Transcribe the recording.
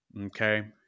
okay